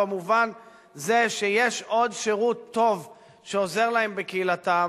במובן זה שיש עוד שירות טוב שעוזר לה בקהילתם,